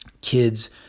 kids